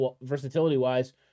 versatility-wise